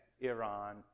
Iran